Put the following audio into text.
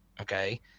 okay